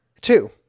Two